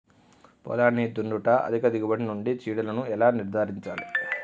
పొలాన్ని దున్నుట అధిక దిగుబడి నుండి చీడలను ఎలా నిర్ధారించాలి?